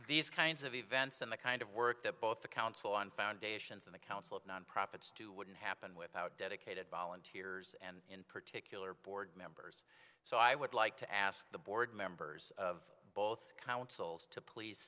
these kinds of events and the kind of work that both the council on foundations and the council of non profits to wouldn't happen without dedicated volunteers and in particular board members so i would like to ask the board members of both councils to please